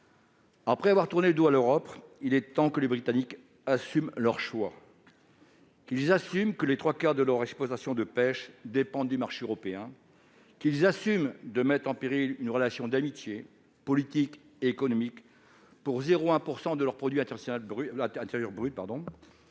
Après avoir tourné le dos à l'Europe, il est temps que les Britanniques assument leur choix, qu'ils assument que les trois quarts de leurs exportations de pêche dépendent du marché européen, qu'ils assument de mettre en péril une relation d'amitié, politique et économique pour 0,1 % de leur produit intérieur brut